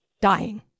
dying